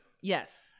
yes